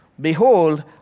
behold